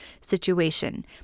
situation